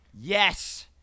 Yes